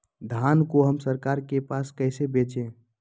धान को हम सरकार के पास कैसे बेंचे?